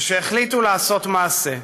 ושהחליטו לעשות מעשה.